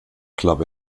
club